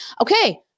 Okay